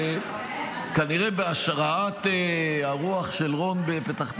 כנראה בהשראת הרוח של רון בפתח תקווה,